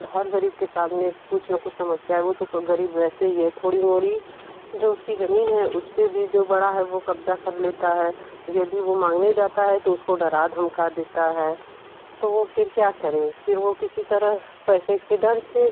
हर गरीब के सामने कुछ न कुछ समस्या है वो तो गरीब वैसे ही है थोड़ी मोड़ी जो उसकी ज़मीन है उस पर भी जो बड़ा है वो कब्ज़ा कर लेता है यदि वो माँगने जाता है तो उसको डरा धमका देता है तो वो फिर क्या करें फिर वो किसी तरह पैसे के डर से